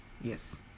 yes